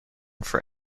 for